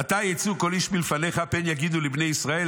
"עתה יצאו כל איש מלפניך, פן יגידו לבני ישראל.